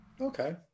okay